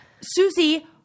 Susie